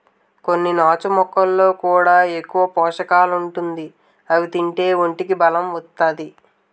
కొన్ని నాచు మొక్కల్లో కూడా ఎక్కువ పోసకాలుండి అవి తింతే ఒంటికి బలం ఒత్తాది